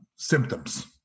Symptoms